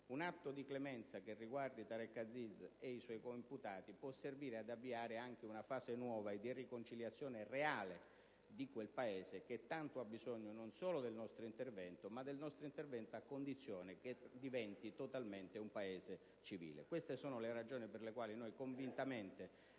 un atto di clemenza che riguardi Tareq Aziz ed i suoi coimputati può servire ad avviare una fase nuova di riconciliazione reale in quel Paese che tanto ha bisogno non solo del nostro intervento, ma del nostro intervento a condizione che sia teso a farlo diventare totalmente un Paese civile. Queste sono le ragioni per le quali abbiamo convintamente